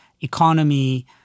economy